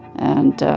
and